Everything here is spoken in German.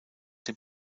den